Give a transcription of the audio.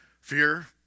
Fear